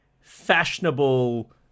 fashionable